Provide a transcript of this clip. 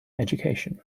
education